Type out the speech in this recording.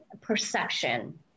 perception